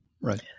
Right